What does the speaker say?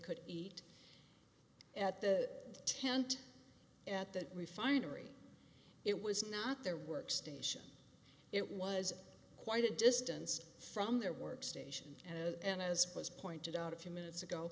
could eat at the tent at that refinery it was not their work station it was quite a distance from their work station and as was pointed out a few minutes ago